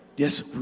Yes